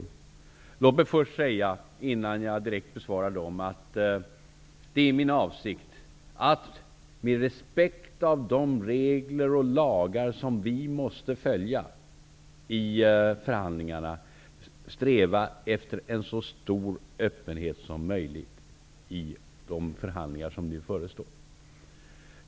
Innan jag besvarar dem vill jag först säga att det är min avsikt att med respekt för de lagar och regler som vi måste följa i förhandlingarna sträva efter en så stor öppenhet som möjligt i de förhandlingar som nu förestår.